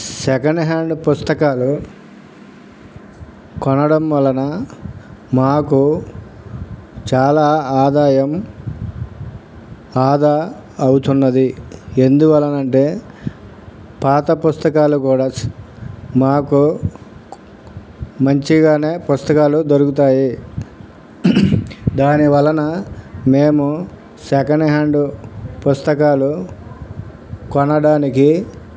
second hand పుస్తకాలు కొనడం వలన మాకు చాలా ఆదాయం ఆదా అవుతున్నది ఎందువలన అంటే పాత పుస్తకాలు కూడా మాకు మంచిగానే పుస్తకాలు దొరుకుతాయి దాని వలన మేము సెకండ్ హ్యాండు పుస్తకాలు కొనడానికి